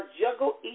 juggle